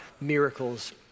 miracles